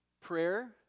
Prayer